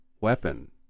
weapon